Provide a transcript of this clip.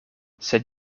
sed